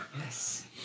Yes